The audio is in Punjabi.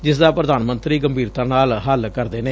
ਜਿਸ ਦਾ ਪ੍ਰਧਾਨ ਮੰਤਰੀ ਗੰਭੀਰਤਾ ਨਾਲ ਹੱਲ ਕਰਦੇ ਨੇ